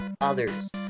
others